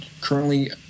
currently